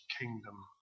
kingdom